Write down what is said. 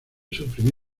sufren